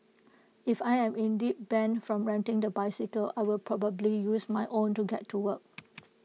if I am indeed banned from renting the bicycle I will probably use my own to get to work